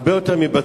הרבה יותר מבצורת,